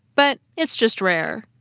but it's just rare.